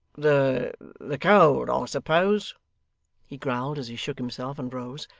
the the cold, i suppose he growled, as he shook himself and rose.